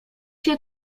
się